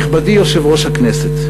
נכבדי יושב-ראש הכנסת,